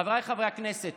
חבריי חברי הכנסת,